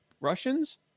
Russians